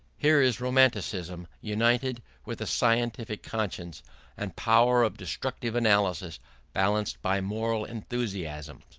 here is romanticism united with a scientific conscience and power of destructive analysis balanced by moral enthusiasm.